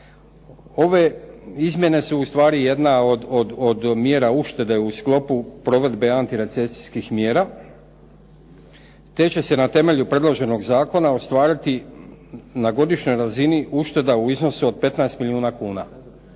Ove izmjene su ustvari jedna od mjera uštede u sklopu provedbe antirecesijskih mjera te će se na temelju predloženog zakona ostvariti na godišnjoj razini ušteda u iznosu od 15 milijuna kuna.